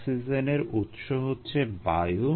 অক্সিজেনের উৎস হচ্ছে বায়ু